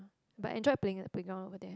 but enjoying playing the playground but that